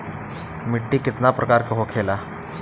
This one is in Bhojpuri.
मिट्टी कितना प्रकार के होखेला?